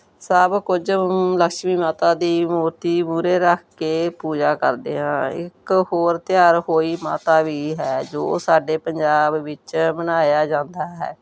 ਸਭ ਕੁਝ ਲਕਸ਼ਮੀ ਮਾਤਾ ਦੀ ਮੂਰਤੀ ਮੂਹਰੇ ਰੱਖ ਕੇ ਪੂਜਾ ਕਰਦੇ ਆ ਇੱਕ ਹੋਰ ਤਿਉਹਾਰ ਹੋਈ ਮਾਤਾ ਵੀ ਹੈ ਜੋ ਸਾਡੇ ਪੰਜਾਬ ਵਿੱਚ ਬਣਾਇਆ ਜਾਂਦਾ ਹੈ